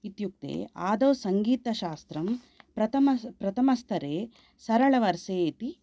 इत्युक्ते आदौ सङ्गीतशास्त्रं प्रथ प्रथमस्तरे सरळवर्से इति